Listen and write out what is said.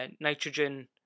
nitrogen